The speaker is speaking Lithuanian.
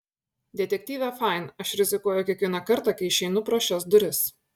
detektyve fain aš rizikuoju kiekvieną kartą kai išeinu pro šias duris